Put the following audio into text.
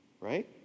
right